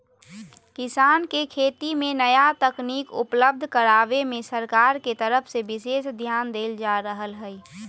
किसान के खेती मे नया तकनीक उपलब्ध करावे मे सरकार के तरफ से विशेष ध्यान देल जा रहल हई